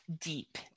deep